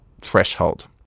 threshold